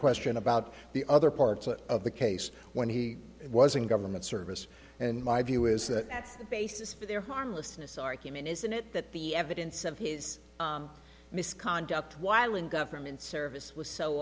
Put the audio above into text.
question about the other parts of the case when he was in government service and my view is that that's the basis for their harmlessness argument isn't it that the evidence of his misconduct while in government service was so